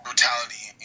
Brutality